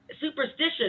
superstition